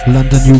London